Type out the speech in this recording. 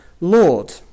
Lord